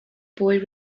boy